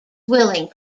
willing